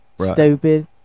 stupid